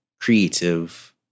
creative